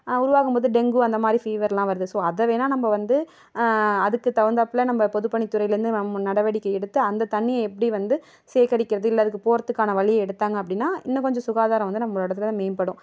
உருவாகும் போது டெங்கு அந்த மாரி ஃபீவர்லாம் வருது அதை வேணா நம்ம வந்து அதுக்கு தகுந்தாப்ல நம்ப பொதுப்பணி துறையிலேந்து நம் நடவடிக்கை எடுத்து அந்த தண்ணியை எப்படி வந்து சேகரிக்கிறது இல்லை அதுக்கு போகறதுக்கான வழியை எடுத்தாங்க அப்படின்னா இன்னும் கொஞ்சம் சுகாதாரம் வந்து நம்மளோடதில் மேம்படும்